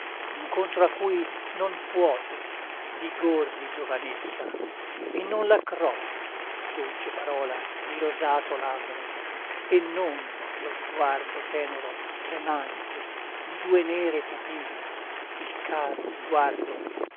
incontro a cui non puote vigor di giovanezza e non la crolla dolce parola di rosato labbro e non lo sguardo tenero tremante di due nere pupille il caro sguardo